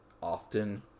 often